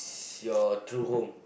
your true home